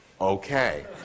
okay